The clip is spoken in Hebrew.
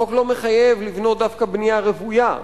החוק לא מחייב לבנות דווקא בנייה רוויה.